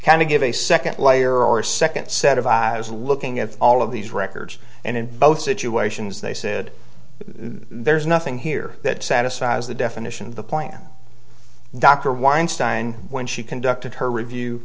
kind of give a second layer or a second set of eyes looking at all of these records and in both situations they said there's nothing here that satisfies the definition of the plan dr weinstein when she conducted her review